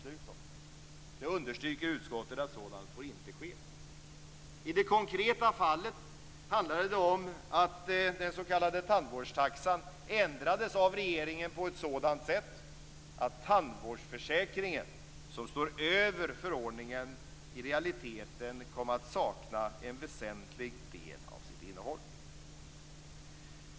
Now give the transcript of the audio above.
Utskottet understryker att sådant inte får ske. I det konkreta fallet handlade det om att den s.k. tandvårdstaxan ändrades av regeringen på ett sådant sätt att tandvårdsförsäkringen, som står över förordningen, i realiteten kom att sakna en väsentlig del av sitt innehåll.